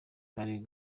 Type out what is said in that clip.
kari